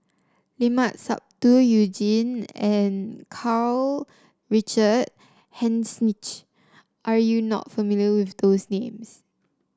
Limat Sabtu You Jin and Karl Richard Hanitsch are you not familiar with those names